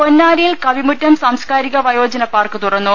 പൊന്നാനിയിൽ കവിമുറ്റം സാംസ്കാരിക വയോജന പാർക്ക് തുറന്നു